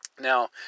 Now